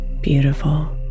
beautiful